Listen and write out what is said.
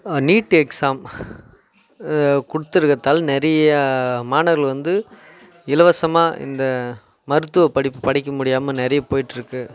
NEET exam கொடுத்துருக்குறதால் நிறையா மாணவர்கள் வந்து இலவசமாக இந்த மருத்துவ படிப்பு படிக்க முடியாமல் நிறைய போய்கிட்டுருக்கு